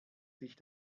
sich